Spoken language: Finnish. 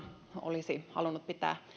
olisi halunnut pitää